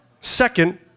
Second